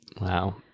Wow